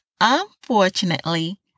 unfortunately